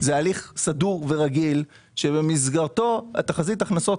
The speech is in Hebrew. זה הליך סדור ורגיל שבמסגרתו תחזית ההכנסות